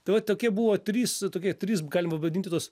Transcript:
tai va tokie buvo trys tokie trys galima vadinti tuos